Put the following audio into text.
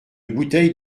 bouteille